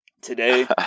today